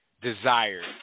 desired